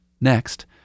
next